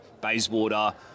Bayswater